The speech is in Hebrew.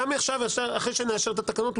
גם אחרי שנאשר את התקנות,